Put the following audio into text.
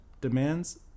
demands